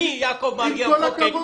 חוק הספורט נותן לי את הכלים.